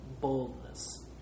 boldness